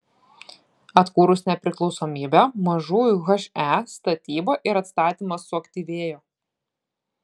atkūrus nepriklausomybę mažųjų he statyba ir atstatymas suaktyvėjo